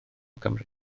cymru